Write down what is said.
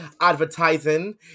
advertising